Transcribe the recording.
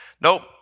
Nope